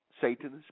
satans